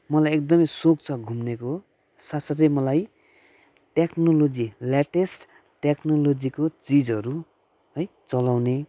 मलाई एकदमै सोख छ घुम्नेको साथ साथै मलाई टेक्नोलोजी ल्याटेस्ट टेक्नोलोजीको चिजहरू है चलाउने